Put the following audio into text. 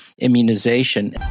immunization